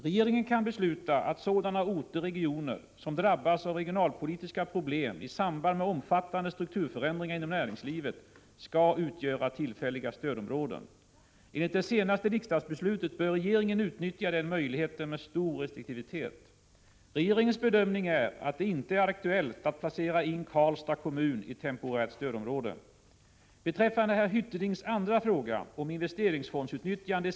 Regeringen kan besluta att sådana orter/regioner som drabbas av regionalpolitiska problem i samband med omfattande strukturförändringar inom näringslivet skall utgöra tillfälliga stödområden. Enligt det senaste riksdagsbeslutet bör regeringen utnyttja den möjligheten med stor restriktivitet. Regeringens bedömning är att det inte är aktuellt att placera in Karlstads kommun i temporärt stödområde.